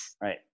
Right